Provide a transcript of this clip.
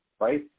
right